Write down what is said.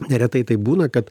neretai taip būna kad